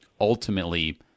ultimately